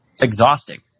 exhausting